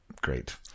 great